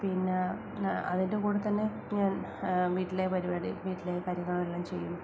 പിന്നെ അതിൻ്റെ കൂടെത്തന്നെ ഞാൻ വീട്ടിലെ പരിപാടി വീട്ടിലെ കാര്യങ്ങളെല്ലാം ചെയ്യും